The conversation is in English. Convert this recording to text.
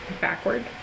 backward